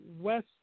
West